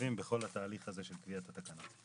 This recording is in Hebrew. משולבים בכל התהליך הזה של קביעת התקנות.